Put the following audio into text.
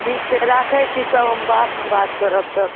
ठीक छै राखै छी तब हम बादमे बात करब तऽ